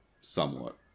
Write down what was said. somewhat